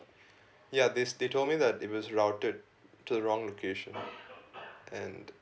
ya this they told me that it was routed to the wrong location and